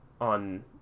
on